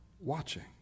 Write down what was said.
watching